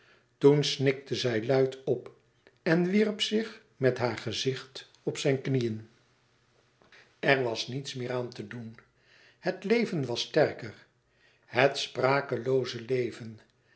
toen snikte zij luid op en wierp zich met haar gezicht op zijn knieën er was niets meer aan te doen het leven was sterker het sprakelooze leven